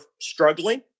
struggling